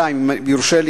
אם יורשה לי,